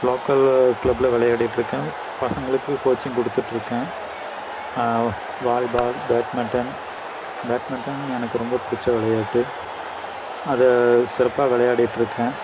local க்ளப்ல விளையாடிட்ருக்கேன் பசங்களுக்கு கோச்சிங் கொடுத்துட்ருக்கேன் வாலிபால் பேட்மிட்டன் பேட்மிட்டன் எனக்கு ரொம்ப பிடிச்ச விளையாட்டு அதை சிறப்பாக விளையாடிட்டிருக்கேன்